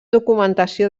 documentació